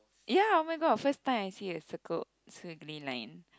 ya oh-my-god first time I see a circled squiggly line